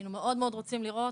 היינו מאוד רוצים לראות.